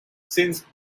since